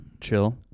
Chill